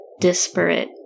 disparate